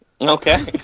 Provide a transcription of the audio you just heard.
Okay